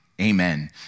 Amen